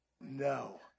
No